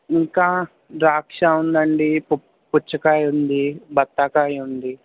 ఇంకా ద్రాక్ష ఉందండి పు పుచ్చకాయ ఉంది బత్తాయి కాయ ఉంది